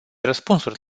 răspunsuri